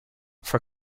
for